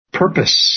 purpose